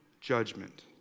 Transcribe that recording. judgment